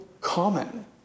common